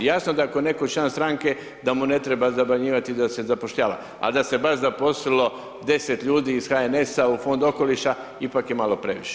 Jasno da ako je netko član stranke, da mu ne treba zabranjivati da se zapošljava, al da se baš zaposlilo 10 ljudi iz HNS-a u Fondu okoliša ipak je malo previše.